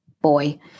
boy